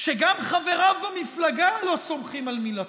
שגם חבריו במפלגה לא סומכים על מילתו,